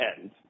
end